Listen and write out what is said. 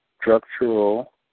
Structural